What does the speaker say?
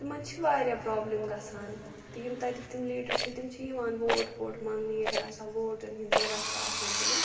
تِمَن چھِ واریاہ پرٛابلِم گَژھان تہٕ یِم تَتِکۍ تِم لیٖڈَر چھِ تِم چھِ یِوان ووٹ پوٹ منٛگنہِ ییٚلہِ ہسا ووٹَن ہِنٛز ضوٚرَتھ چھِ آسان تِمَن